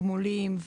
גמולים,